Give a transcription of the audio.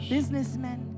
Businessmen